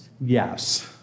Yes